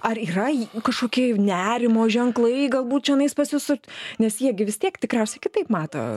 ar yra kažkokie nerimo ženklai galbūt čionais pas jus nes jie gi vis tiek tikriausiai kitaip mato